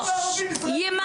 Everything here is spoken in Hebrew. ימני.